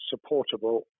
supportable